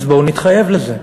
אז בואו נתחייב לזה.